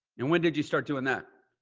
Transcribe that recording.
and when did you start doing that?